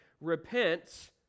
repents